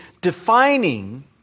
defining